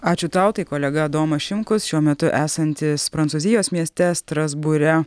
ačiū tau tai kolega adomas šimkus šiuo metu esantis prancūzijos mieste strasbūre